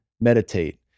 Meditate